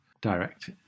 direct